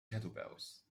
kettlebells